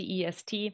cest